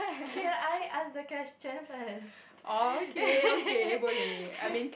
can I ask the question first